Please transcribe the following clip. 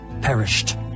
perished